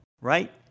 right